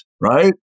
right